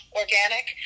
organic